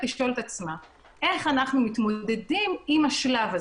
לשאול את עצמה איך אנחנו מתמודדים עם השלב הזה.